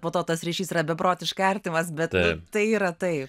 po to tas ryšys yra beprotiškai artimas bet tai yra tai